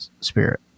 spirit